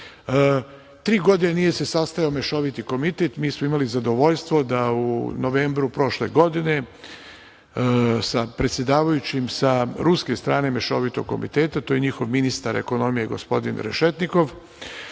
Tri godine se nije sastajao Mešoviti komitet. Mi smo imali zadovoljstvo da u novembru prošle godine sa predsedavajućim sa ruske strane Mešovitog komiteta, to je njihov ministar ekonomije, gospodin Rešetnjikov,